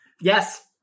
Yes